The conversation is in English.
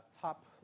top